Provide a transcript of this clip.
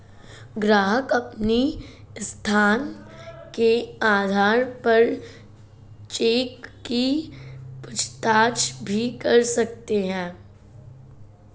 ग्राहक अपनी स्थिति के आधार पर चेक की पूछताछ भी कर सकते हैं